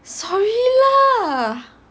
sorry lah